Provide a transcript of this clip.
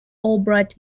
albright